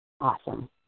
Awesome